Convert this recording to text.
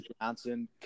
Johnson